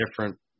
different